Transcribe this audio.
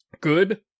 Good